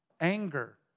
Anger